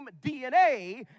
DNA